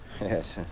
Yes